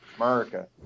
America